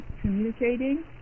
communicating